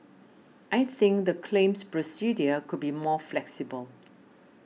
I think the claims procedure could be more flexible